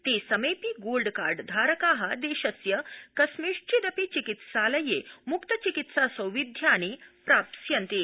ते समेऽपि gold card धारका देशस्य कस्मिंधिदपि चिकित्सालये मुकत चिकित्सा सौविध्यानि प्राप्स्यन्ते